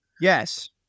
Yes